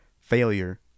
failure